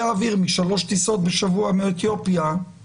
האוויר משלוש טיסות בשבוע מאתיופיה.